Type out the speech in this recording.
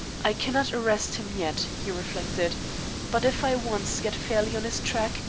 i cannot arrest him yet, he reflected but if i once get fairly on his track,